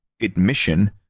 admission